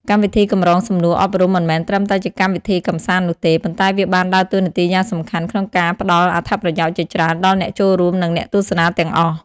កម្មវិធីកម្រងសំណួរអប់រំមិនមែនត្រឹមតែជាកម្មវិធីកម្សាន្តនោះទេ ប៉ុន្តែវាបានដើរតួនាទីយ៉ាងសំខាន់ក្នុងការផ្ដល់អត្ថប្រយោជន៍ជាច្រើនដល់អ្នកចូលរួម និងអ្នកទស្សនាទាំងអស់។